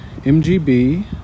MGB